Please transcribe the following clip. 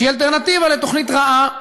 שהיא אלטרנטיבה לתוכנית רעה,